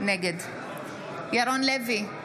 נגד ירון לוי,